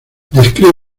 describe